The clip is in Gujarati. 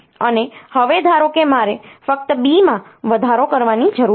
અને હવે ધારો કે મારે ફક્ત B માં વધારો કરવાની જરૂર છે